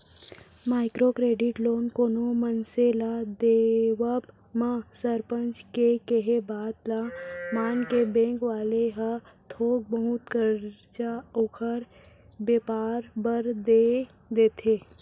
micro credit loan कोनो मनसे ल देवब म सरपंच के केहे बात ल मानके बेंक वाले ह थोक बहुत करजा ओखर बेपार बर देय देथे